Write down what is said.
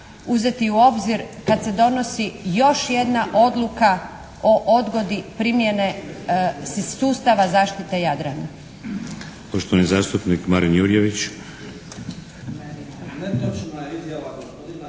uzeti u obzir kad se donosi još jedna odluka o odgodi primjene sustava zaštite Jadrana.